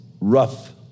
rough